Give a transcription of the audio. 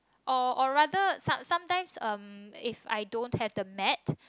or or rather some sometimes um if I don't have the mat